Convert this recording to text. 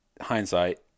hindsight